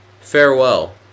Farewell